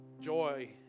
joy